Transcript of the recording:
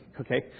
Okay